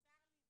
בצר לי,